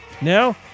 Now